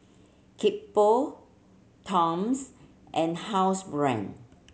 Kickapoo Toms and Housebrand